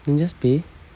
then just pay